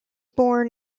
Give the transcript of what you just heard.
born